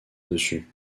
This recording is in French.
dessus